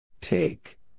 Take